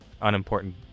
unimportant